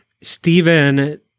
Stephen